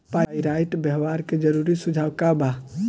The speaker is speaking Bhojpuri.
पाइराइट व्यवहार के जरूरी सुझाव का वा?